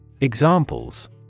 Examples